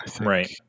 Right